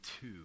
two